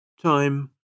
Time